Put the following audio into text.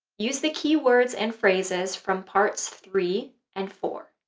use the key words and phrases from parts three and four.